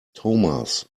thomas